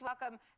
welcome